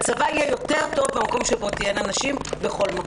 הצבא יהיה טוב יותר כאשר יהיו נשים בכל מקום.